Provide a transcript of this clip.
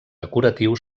decoratiu